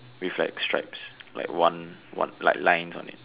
with like stripes like one one like lines on it